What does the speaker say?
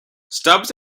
stubbs